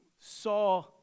saw